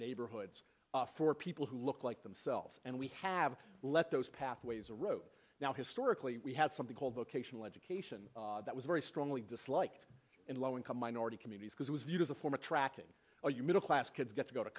neighborhoods for people who look like themselves and we have left those pathways a road now historically we had something called vocational education that was very strongly dislike in low income minority communities because it was viewed as a form attracting are you middle class kids get to go to